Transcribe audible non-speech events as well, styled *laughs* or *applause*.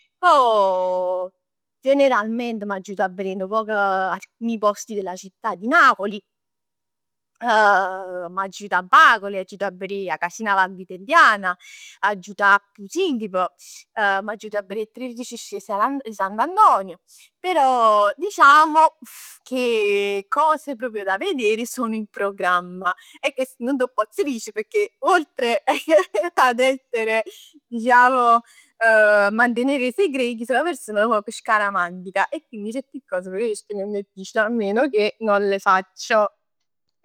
Pò generalmente m'aggio jut a verè nu poc alcuni posti d' 'a città di Napoli. *hesitation* M'aggio jut a Bacoli, m'aggio jut a verè 'a Casina Vanvitelliana. Aggio jut a Posillipo. M'aggio jut a verè 'e Tredici Discese 'e Sa- Sant'Antonio, però diciamo che cose proprio da vedere sono in programma. E chest nun t' 'o pozz dicere pecchè oltre *laughs* ad essere diciamo *hesitation* mantenere il segreto, sò 'na persona proprio scaramantica e quindi certe cose preferisco a nun 'e dicere, a meno che non le faccio.